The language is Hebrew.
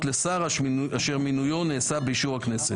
לשר אשר מינויו נעשה באישור הכנסת.